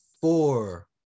four